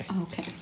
Okay